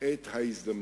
את ההזדמנות.